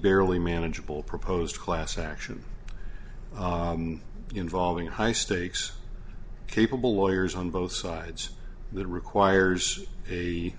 barely manageable proposed class action involving high stakes capable lawyers on both sides that requires a